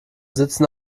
sitzen